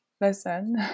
listen